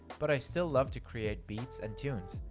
but i still love to create beats and tunes,